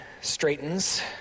straightens